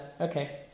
Okay